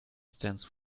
stands